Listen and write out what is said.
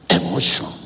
emotion